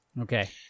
Okay